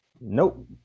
Nope